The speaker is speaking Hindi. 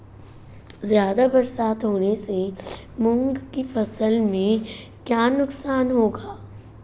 ज़्यादा बरसात होने से मूंग की फसल में क्या नुकसान होगा?